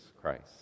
Christ